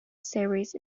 series